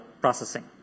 processing